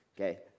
okay